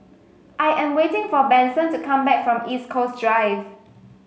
I am waiting for Benson to come back from East Coast Drive